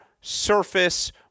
surface